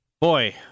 boy